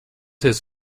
his